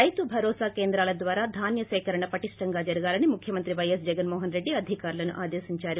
రైతు భరోసా కేంద్రాల ద్వారా ధాన్య సేకరణ పాటిష్ణంగా జరగాలని ముఖ్యమంత్రి వైఎస్ జగన్ మోహన్ రెడ్డి అధికారులను ఆదేశించారు